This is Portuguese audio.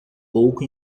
pouco